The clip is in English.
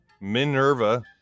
Minerva